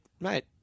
mate